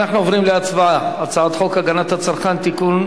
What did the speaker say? אנחנו עוברים להצבעה על הצעת חוק הגנת הצרכן (תיקון,